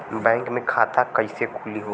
Bank मे खाता कईसे खुली हो?